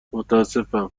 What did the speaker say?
متاسفم